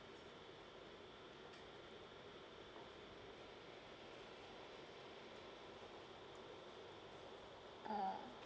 uh